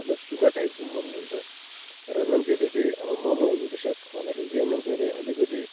मतलब सुखा टाइपको मोमो हुन्छ र मान्छेले चाहिँ अब मोमोहरू विशेष खाँदाखेरि चाहिँ मान्छेले अलिकति